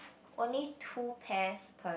only two pairs per